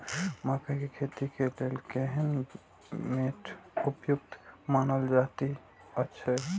मकैय के खेती के लेल केहन मैट उपयुक्त मानल जाति अछि?